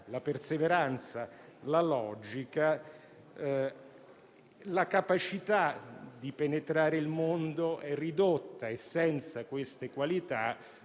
la perseveranza e la logica), la capacità di penetrare il mondo è ridotta; senza queste qualità,